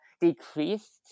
decreased